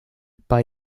bei